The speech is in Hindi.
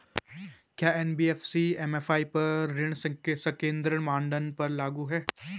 क्या एन.बी.एफ.सी एम.एफ.आई पर ऋण संकेन्द्रण मानदंड लागू हैं?